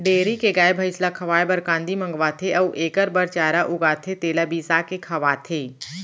dairy के गाय, भँइस ल खवाए बर कांदी मंगवाथें अउ एकर बर चारा उगाथें तेला बिसाके खवाथें